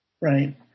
Right